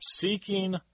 seeking